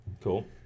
cool